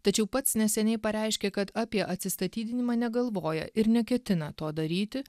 tačiau pats neseniai pareiškė kad apie atsistatydinimą negalvoja ir neketina to daryti